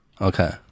Okay